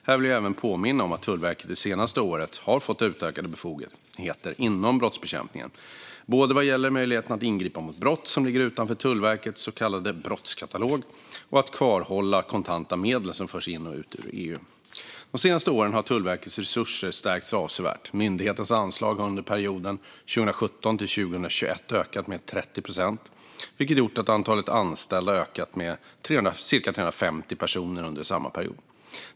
Här vill jag även påminna om att Tullverket det senaste året har fått utökade befogenheter inom brottsbekämpningen, både vad gäller möjligheterna att ingripa mot brott som ligger utanför Tullverkets så kallade brottskatalog och att kvarhålla kontanta medel som förs in i eller ut ur EU. De senaste åren har Tullverkets resurser stärkts avsevärt. Myndighetens anslag har under perioden 2017-2021 ökat med 30 procent, vilket gjort att antalet anställda ökat med cirka 350 personer under samma period.